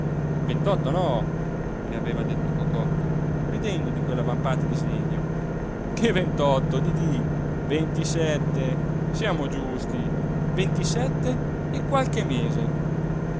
ventotto no le aveva detto cocò ridendo di quella vampata di sdegno che ventotto didì ventisette siamo giusti ventisette e qualche mese